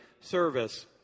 service